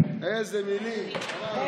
איזה מילים, חבל על הזמן.